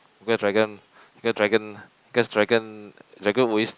cause dragon cause dragon cause dragon dragon always